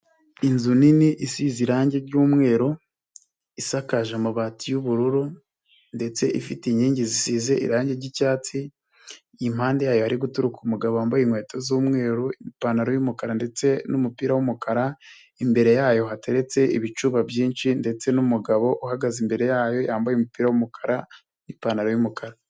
Inzu nini isize irangi ry'umweru, isakaje amabati y'ubururu, ndetse ifite inkingi zisize irangi ry'icyatsi, impande yayo hari guturika umugabo wambaye inkweto z'umweru, ipantaro y'umukara, ndetse n'umupira w'umukara. Imbere yayo hateretse ibicuba byinshi ndetse n'umugabo uhagaze imbere yayo yambaye imipira y'umukara ni ipantaro y'umukara.